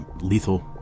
lethal